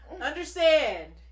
understand